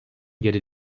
geri